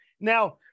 Now